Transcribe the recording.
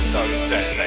Sunset